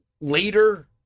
later